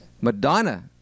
Madonna